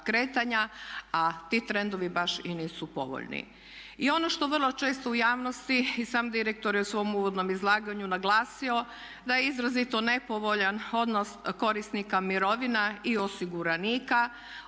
kretanja a ti trendovi baš i nisu povoljni. I ono što vrlo često u javnosti i sam direktor je u svom uvodnom izlaganju naglasio da je izrazito nepovoljan odnos korisnika mirovina i osiguranika,